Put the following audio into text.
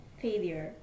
failure